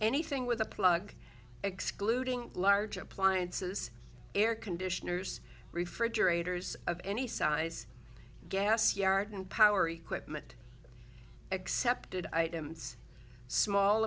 anything with a plug excluding large appliances air conditioners refrigerators of any size gas yard and power equipment excepted items small